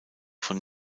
von